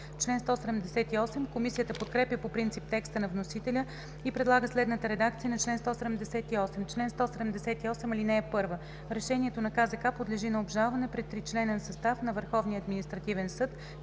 Раздел V. Комисията подкрепя по принцип текста на вносителя и предлага следната редакция на чл. 178: „Чл. 178. (1) Решението на КЗК подлежи на обжалване пред тричленен състав на